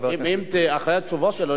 אחרי התשובות שלו,